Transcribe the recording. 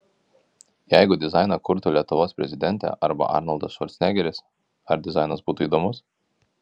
jeigu dizainą kurtų lietuvos prezidentė arba arnoldas švarcnegeris ar dizainas būtų įdomus